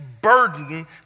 burden